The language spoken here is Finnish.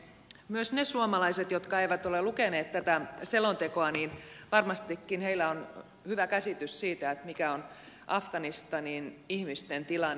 myös niillä suomalaisilla jotka eivät ole lukeneet tätä selontekoa varmastikin on hyvä käsitys siitä mikä on afganistanin ihmisten tilanne